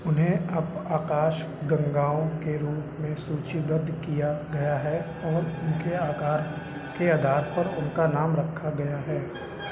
उन्हें अब आकाशगंगाओं के रूप में सूचीबद्ध किया गया है और उनके आकार के आधार पर उनका नाम रखा गया है